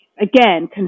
Again